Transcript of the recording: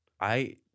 I-